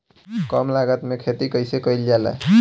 कम लागत में खेती कइसे कइल जाला?